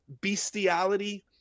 bestiality